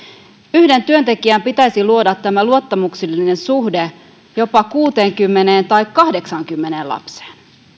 yhden työntekijän pitäisi luoda tämä luottamuksellinen suhde jopa kuuteenkymmeneen tai kahdeksaankymmeneen lapseen